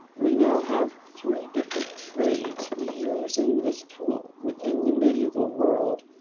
we now have three different trades using this tool within the medieval world.